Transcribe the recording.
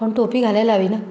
पण टोपी घालायला हवी ना